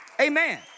Amen